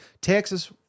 Texas